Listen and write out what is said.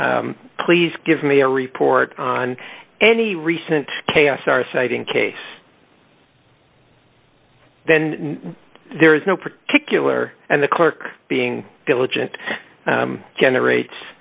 says please give me a report on any recent chaos our citing case then there is no particular and the clerk being diligent generates